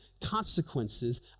consequences